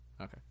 Okay